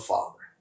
Father